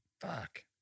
Fuck